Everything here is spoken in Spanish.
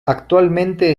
actualmente